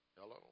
Hello